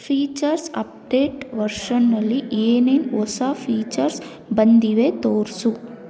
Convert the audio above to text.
features update ವರ್ಷನ್ನಲ್ಲಿ ಏನೇನು ಹೊಸ ಫೀಚರ್ಸ್ ಬಂದಿವೆ ತೋರಿಸು